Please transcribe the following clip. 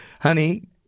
Honey